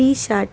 T shirt